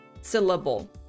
syllable